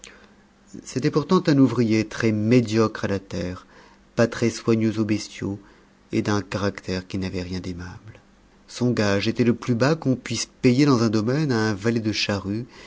c'était pourtant un ouvrier très médiocre à la terre pas très soigneux aux bestiaux et d'un caractère qui n'avait rien d'aimable son gage était le plus bas qu'on puisse payer dans un domaine à un valet de charrue